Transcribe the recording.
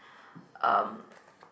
um